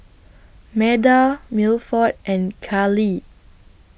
Meda Milford and Kallie